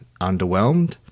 underwhelmed